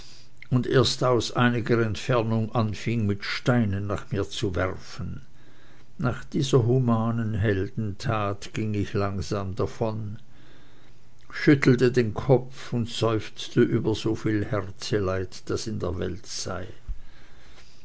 und erst aus einiger entfernung anfing mit steinen nach mir zu werfen nach dieser humanen heldentat ging ich langsam davon schüttelte den kopf und seufzte über soviel herzeleid das in der welt sei